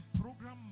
program